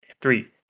Three